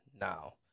now